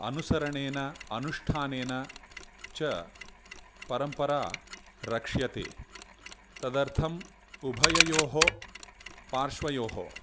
अनुसरणेन अनुष्ठानेन च परम्परा रक्ष्यते तदर्थम् उभयोः पार्श्वयोः